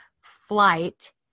flight